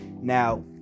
Now